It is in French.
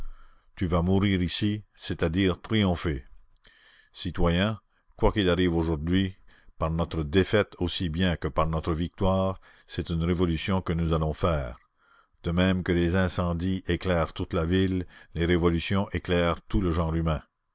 tu vas mourir ici c'est-à-dire triompher citoyens quoi qu'il arrive aujourd'hui par notre défaite aussi bien que par notre victoire c'est une révolution que nous allons faire de même que les incendies éclairent toute la ville les révolutions éclairent tout le genre humain